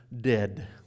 dead